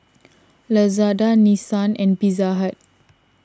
Lazada Nissan and Pizza Hut